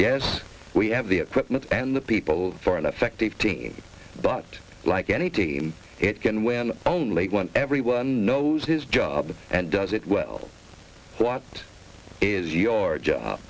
yes we have the equipment and the people for an effective team but like any team it can win only one everyone knows his job and does it well what is your job